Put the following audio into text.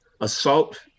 assault